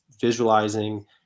visualizing